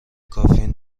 کافی